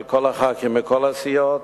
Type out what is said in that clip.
של כל חברי הכנסת מכל הסיעות,